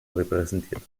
repräsentiert